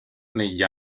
negli